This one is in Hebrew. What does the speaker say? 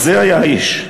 כזה היה האיש,